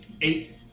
Eight